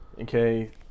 Okay